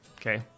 okay